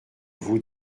vous